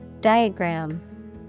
Diagram